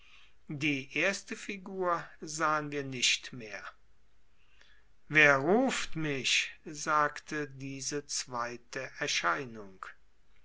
die erste figur sahen wir nicht mehr wer ruft mich sagte diese zweite erscheinung